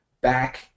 back